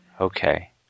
Okay